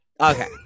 Okay